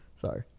Sorry